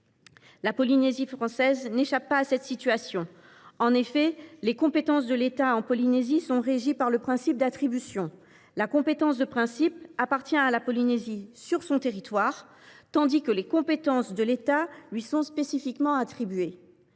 La Polynésie française n’échappe pas à cette situation. En effet, les compétences de l’État en Polynésie sont régies par le principe d’attribution : la compétence de principe appartient à la Polynésie sur son territoire, tandis que les compétences de l’État lui sont spécifiquement attribuées.